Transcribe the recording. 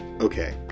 okay